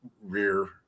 rear